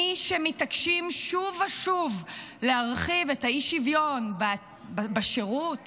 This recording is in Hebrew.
מי שמתעקשים שוב ושוב להרחיב את האי-שוויון בשירות,